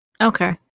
Okay